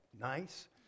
nice